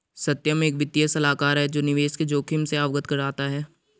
सत्यम एक वित्तीय सलाहकार है जो निवेश के जोखिम से अवगत कराता है